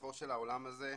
בפתחו של האולם הזה,